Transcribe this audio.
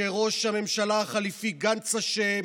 שראש הממשלה החליפי גנץ אשם,